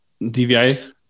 DVI